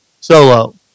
Solo